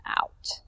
out